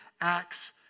acts